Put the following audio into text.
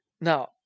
Now